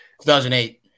2008